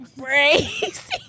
crazy